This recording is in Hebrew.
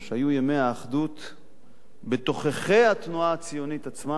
היו ימי האחדות בתוככי התנועה הציונית עצמה,